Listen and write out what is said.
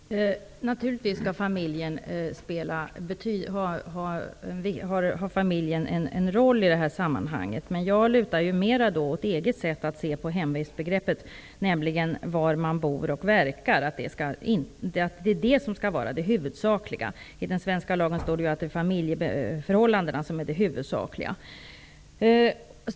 Fru talman! Naturligtvis har familjen en roll i detta sammanhang, men jag lutar mer åt EG:s sätt att se på hemvistbegreppet. Inom EG anses det att det faktum att man bor och verkar på en plats skall spela den huvudsakliga rollen. I den svenska lagen står det ju att familjeförhållandena utgör den huvudsakliga bedömningsgrunden.